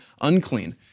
unclean